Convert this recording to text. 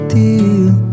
deal